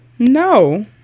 No